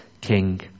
King